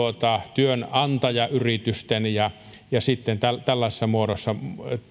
työnantajayritysten ja ja tällaisessa muodossa